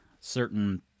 certain